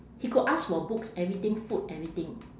he could ask for books everything food everything